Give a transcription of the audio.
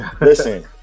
Listen